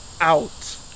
out